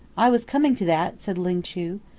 i was coming to that, said ling chu.